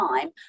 time